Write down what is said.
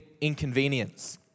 inconvenience